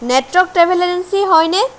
network travel agency হয়নে